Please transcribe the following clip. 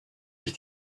ich